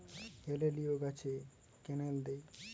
হেলিলিও গাছে ক্যানেল দেয়?